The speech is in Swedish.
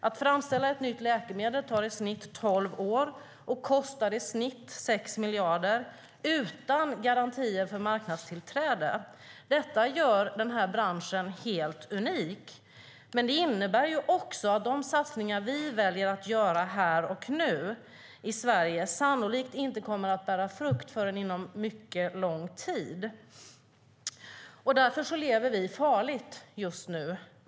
Att framställa ett nytt läkemedel tar i genomsnitt tolv år och kostar 6 miljarder utan garantier för marknadstillträde. Det gör den här branschen helt unik. Men det innebär också att de satsningar som vi i Sverige väljer att göra här och nu sannolikt inte kommer att bära frukt förrän inom mycket lång tid. Därför lever branschen farligt just nu.